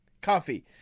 Coffee